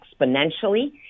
exponentially